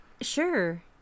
Sure